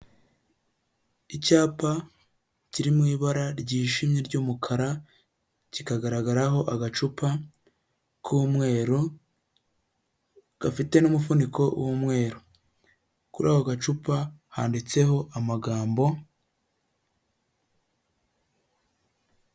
Icyapa kiri mu ibara ryijimye ry'umukara, kikagaragaraho agacupa k'umweru gafite n'umufuniko w'umweru, kuri ako gacupa handitseho amagambo.